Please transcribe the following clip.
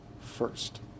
first